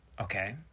Okay